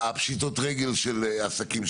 פשיטות הרגל של עסקים.